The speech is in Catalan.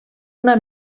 una